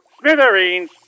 smithereens